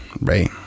right